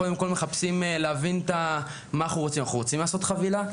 קודם כול מחפשים להבין מה אנחנו רוצים אנחנו רוצים לעשות חבילה?